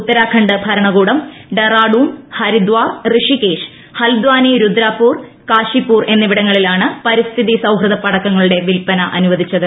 ഉത്തരാഖണ്ഡ് ഭരണകൂടം Dehradun Haridwar Rishikesh Haldwani Rudrapur Kashipur എന്നിവിടങ്ങളിലാണ് പരിസ്ഥിതി സൌഹൃദ പടക്കങ്ങളുടെ വിൽപ്പന അനുവദിച്ചത്